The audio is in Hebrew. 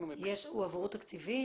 הועברו תקציבים?